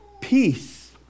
peace